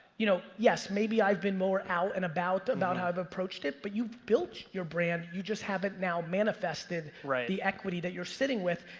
you know yes, maybe i've been more out and about, about how i've approached it, but you built your brand, you just haven't now manifested the equity that you're sitting with.